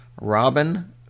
Robin